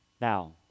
Now